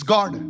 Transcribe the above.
God